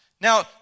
Now